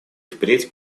впредь